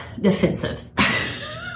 defensive